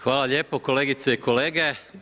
Hvala lijepo kolegice i kolege.